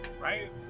right